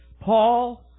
Paul